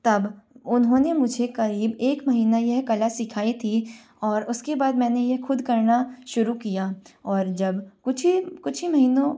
तब उन्होंने मुझे करीब एक महिना ये कला सिखाई थी और उसके बार मैंने ये खुद करना शुरू किया और जब कुछ ही कुछ ही महीनों